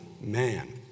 man